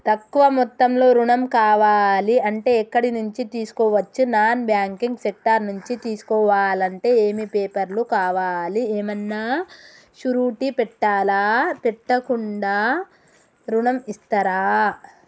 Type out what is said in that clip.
తక్కువ మొత్తంలో ఋణం కావాలి అంటే ఎక్కడి నుంచి తీసుకోవచ్చు? నాన్ బ్యాంకింగ్ సెక్టార్ నుంచి తీసుకోవాలంటే ఏమి పేపర్ లు కావాలి? ఏమన్నా షూరిటీ పెట్టాలా? పెట్టకుండా ఋణం ఇస్తరా?